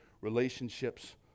relationships